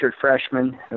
freshman